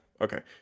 okay